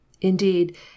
Indeed